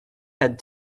had